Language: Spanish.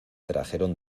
trajeron